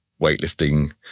weightlifting